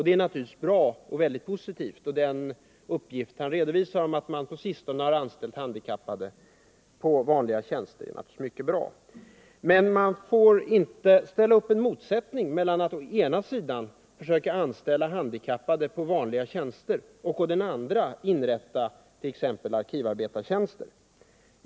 Det är naturligtvis mycket positivt. Den uppgift som Olof Johansson lämnade om att man på sistone har anställt handikappade på vanliga tjänster är naturligtvis glädjande. Man får dock inte skapa en motsättning mellan att å ena sidan försöka anställa handikappade på vanliga tjänster och å andra sidan inrätta t.ex. arkivarbetartjänster.